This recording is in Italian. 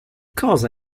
cosa